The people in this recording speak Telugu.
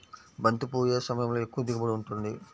బంతి పువ్వు ఏ సమయంలో ఎక్కువ దిగుబడి ఉంటుంది?